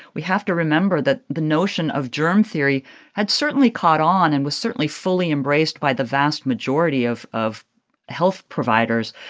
we have to remember that the notion of germ theory had certainly caught on and was certainly fully embraced by the vast majority of of health providers.